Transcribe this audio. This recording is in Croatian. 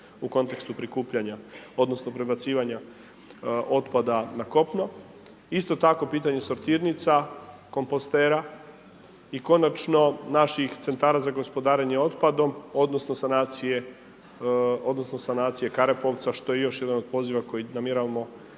u kontekstu prikupljanja, odnosno prebacivanja otpada na kopno. Isto tako pitanje sortirnica, kompostera i konačno naših centara za gospodarenje otpadom, odnosno sanacije Karepovca što je još jedan od poziva koji namjeravamo